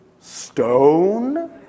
stone